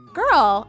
girl